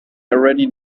already